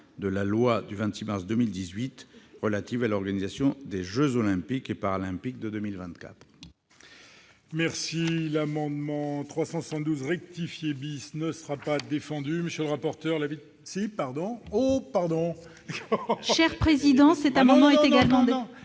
de la loi du 26 mars 2018 relative à l'organisation des jeux Olympiques et Paralympiques de 2024.